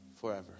forever